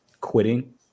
quitting